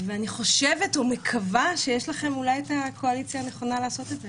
ואני חושבת ומקווה שיש לכם אולי הקואליציה הנכונה לעשות את זה.